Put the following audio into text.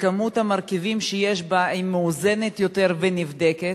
וכמות המרכיבים שיש בו מאוזנת יותר ונבדקת,